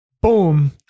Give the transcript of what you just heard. Boom